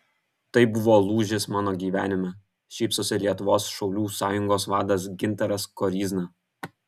tai buvo lūžis mano gyvenime šypsosi lietuvos šaulių sąjungos vadas gintaras koryzna